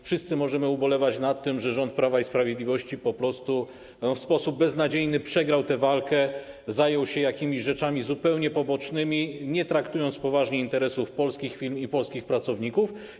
Wszyscy możemy ubolewać nad tym, że rząd Prawa i Sprawiedliwości w sposób beznadziejny po prostu przegrał tę walkę, zajął się rzeczami zupełnie pobocznymi, nie traktując poważnie interesów polskich firm i polskich pracowników.